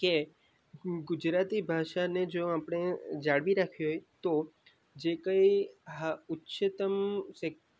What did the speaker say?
કે ગુજરાતી ભાષાને જો આપણે જાળવી રાખવી હોય તો જે કાંઈ હા ઉચ્ચતમ